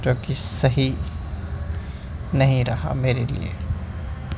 جوکہ صحیح نہیں رہا میرے لیے